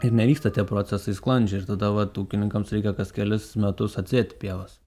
ir nevyksta tie procesai sklandžiai ir tada vat ūkininkams reikia kas kelis metus atsiet pievas